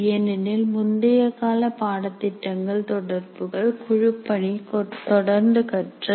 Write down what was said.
ஏனெனில் முந்தைய கால பாடத்திட்டங்கள் தொடர்புகள் குழுப்பணி தொடர்ந்து கற்றல்